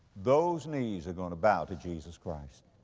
those knees are going to bow to jesus christ.